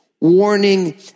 warning